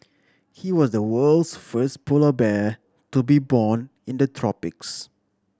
he was the world's first polar bear to be born in the tropics